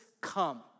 come